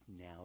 Now